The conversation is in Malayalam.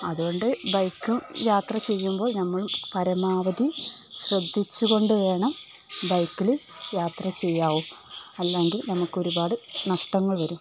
അതുകൊണ്ട് ബൈക്കില് യാത്ര ചെയ്യുമ്പോൾ നമ്മൾ പരമാവധി ശ്രദ്ധിച്ചുകൊണ്ട് വേണം ബൈക്കില് യാത്ര ചെയ്യാവൂ അല്ലെങ്കിൽ നമുക്കൊരുപാട് നഷ്ടങ്ങൾ വരും